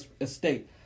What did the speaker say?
estate